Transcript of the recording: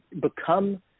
become